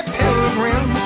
pilgrim